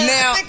Now